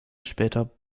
später